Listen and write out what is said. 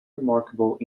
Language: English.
remarkable